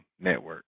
Network